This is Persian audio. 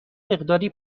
مقداری